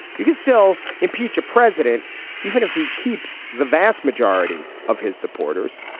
you can still impeach a president even if he keeps the vast majority of his supporters.